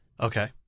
Okay